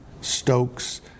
Stokes